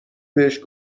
بهش